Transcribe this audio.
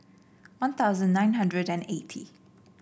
One Thousand nine hundred and eighty